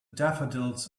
daffodils